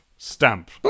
stamp